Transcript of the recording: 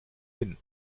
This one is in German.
hin